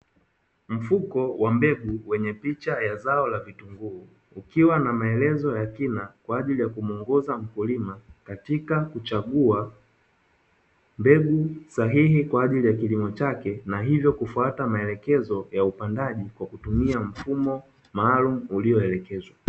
Mfuko wa mbegu wenye picha ya zao la vitunguu, ukiwa na maelezo ya kina kwa ajili ya kumuongoza mkulima katika kuchagua mbegu sahihi kwa ajili ya kilimo chake na hivyo kufuata maelekezo ya upandaji kwa kutumia mfumo maalumu ulioelekezwa.